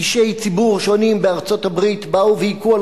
אישי ציבור שונים בארצות-הברית באו והכו על